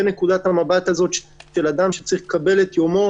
נקודת המבט הזאת של אדם שצריך לקבל את יומו